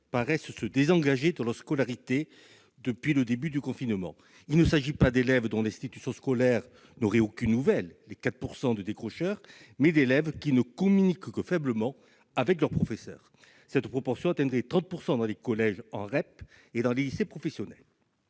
se sont désengagés de leur scolarité depuis le début du confinement. Il ne s'agit pas des élèves dont l'institution scolaire n'a aucune nouvelle- les 4 % de décrocheurs -, mais d'élèves ne communiquant que faiblement avec leurs professeurs. Cette proportion atteindrait 30 % dans les collèges en REP et les lycées professionnels.